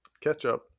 Ketchup